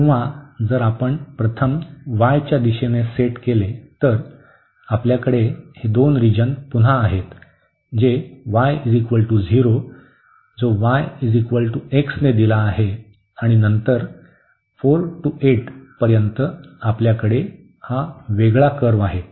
किंवा जर आपण प्रथम y च्या दिशेने सेट केले तर तर आपल्याकडे हे दोन रिजन पुन्हा आहेत जे y0 जो yx ने दिला आहे आणि नंतर 4 ते 8 पर्यंत आपल्याकडे हे वेगळा कर्व्ह आहे